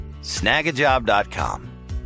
Snagajob.com